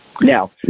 Now